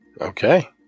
Okay